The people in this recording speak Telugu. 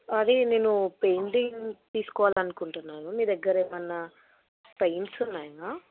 అది నేను పెయింటింగ్ తీసుకోవాలి అనుకుంటున్నాను మీ దగ్గర ఏమన్న పెయింట్స్ ఉన్నాయా